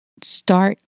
Start